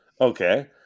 Okay